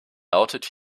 lautet